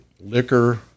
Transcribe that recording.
liquor